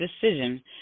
decision